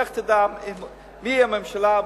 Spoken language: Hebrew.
לך תדע מי תהיה הממשלה הבאה,